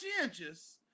conscientious